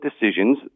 decisions